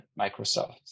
Microsoft